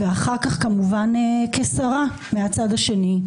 ואחר כך כמובן כשרה מהצד השני,